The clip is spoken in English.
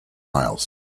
miles